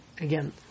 Again